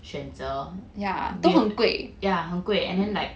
选择很贵 and then like